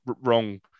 wrong